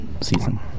season